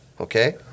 okay